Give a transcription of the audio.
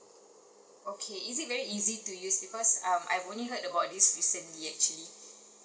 okay is it very easy to use because um I've only heard about this recently actually